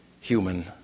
human